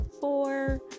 four